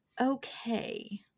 okay